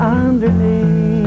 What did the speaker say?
underneath